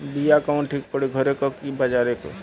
बिया कवन ठीक परी घरे क की बजारे क?